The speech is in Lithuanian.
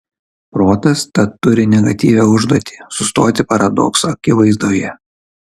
protas tad turi negatyvią užduotį sustoti paradokso akivaizdoje